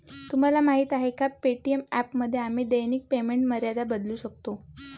तुम्हाला माहीत आहे का पे.टी.एम ॲपमध्ये आम्ही दैनिक पेमेंट मर्यादा बदलू शकतो?